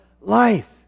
life